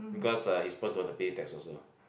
because uh his boss don't want to pay tax also